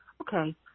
Okay